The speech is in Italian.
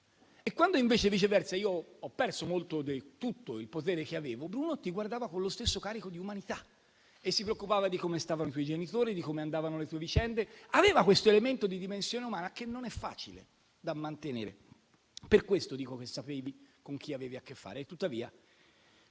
Quando invece, viceversa, io ho perso tutto il potere che avevo, Bruno mi guardava con lo stesso carico di umanità e si preoccupava di come stavano i genitori, di come andavano le vicende; aveva un elemento di dimensione umana che non è facile da mantenere. Per questo dico che sapevi con chi avevi a che fare.